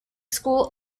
school